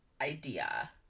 idea